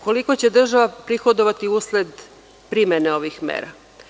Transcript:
Koliko će država prihodovati usled primene ovih mera?